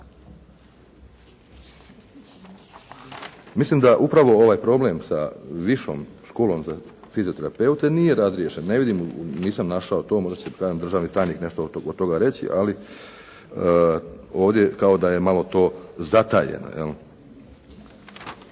Mislim da upravo ovaj problem sa višom školom za fizioterapeute nije razriješen, ne vidim, nisam našao to, možda će kažem državni tajnik nešto od toga reći, ali ovdje kao da je malo to zatajeno.